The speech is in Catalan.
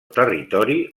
territori